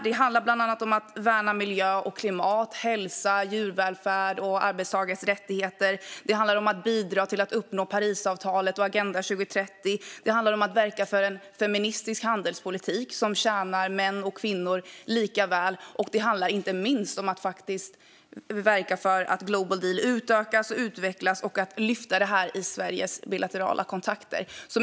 Det handlar bland annat om att värna miljö och klimat, hälsa, djurvälfärd och arbetstagares rättigheter. Det handlar om att bidra till att uppnå Parisavtalet och Agenda 2030. Det handlar om att verka för en feministisk handelspolitik som tjänar män och kvinnor lika väl. Det handlar inte minst om att verka för att Global Deal utökas och utvecklas och att lyfta fram det i Sveriges bilaterala kontakter.